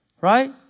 Right